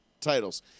titles